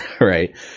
right